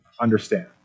understand